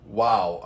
wow